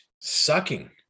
sucking